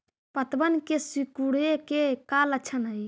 पत्तबन के सिकुड़े के का लक्षण हई?